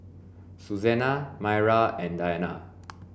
Suzanna Myrna and Diana